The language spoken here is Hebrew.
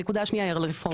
הנקודה השנייה היא רפורמה,